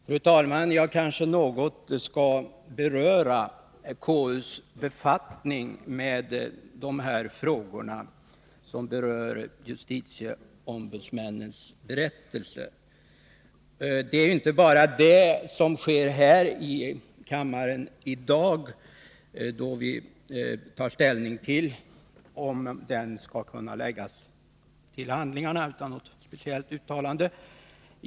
Fru talman! Låt mig något beröra KU:s befattning med dessa frågor i anslutning till JO-ombudsmännens berättelse. Det handlar inte bara om det som sker här i dag, då vi tar ställning till om berättelsen skall kunna läggas till handlingarna utan något speciellt uttalande.